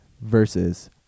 versus